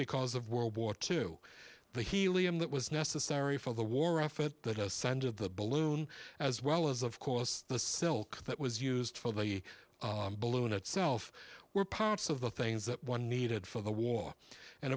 because of world war two the helium that was necessary for the war effort that ascended the balloon as well as of course the silk that was used for the balloon itself were parts of the things that one needed for the war and